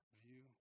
view